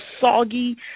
soggy